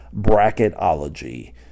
bracketology